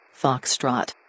Foxtrot